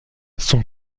son